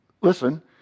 listen